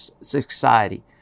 society